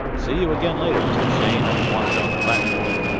see you again later, mr. cheyne. i'm wanted on the platform.